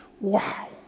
Wow